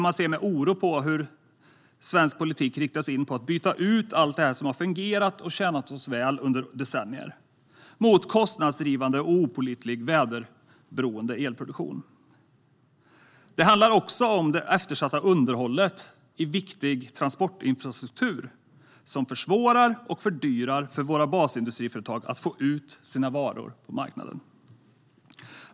Man ser med oro på hur svensk politik riktas in på att byta ut allt det som har fungerat och tjänat oss väl under decennier mot kostnadsdrivande och opålitlig väderberoende elproduktion. Det handlar också om det eftersatta underhållet i viktig transportinfrastruktur, som försvårar och fördyrar för våra basindustriföretag att få ut sina varor på marknaden.